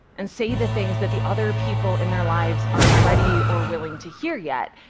and say the things that the other people in their lives aren't ready or willing to hear yet.